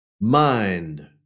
mind